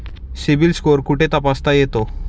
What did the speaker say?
CIBIL score कुठे तपासता येतो?